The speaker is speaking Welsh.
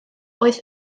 oedd